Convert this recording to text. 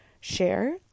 share